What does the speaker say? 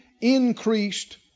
increased